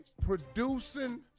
producing